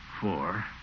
Four